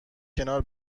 کنار